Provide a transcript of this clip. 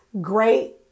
great